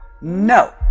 No